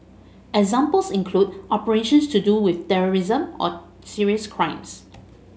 examples include operations to do with terrorism or serious crimes